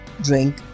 drink